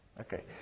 Okay